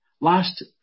Last